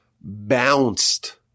bounced